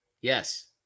Yes